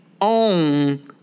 own